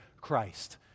Christ